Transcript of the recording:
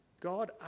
God